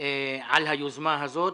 על היוזמה הזאת.